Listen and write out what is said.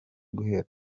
guhera